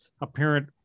apparent